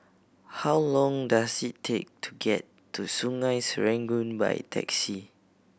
how long does it take to get to Sungei Serangoon by taxi